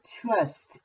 trust